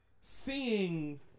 seeing